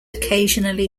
occasionally